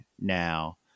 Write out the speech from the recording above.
now